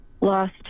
lost